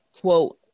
quote